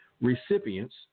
recipients